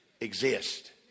exist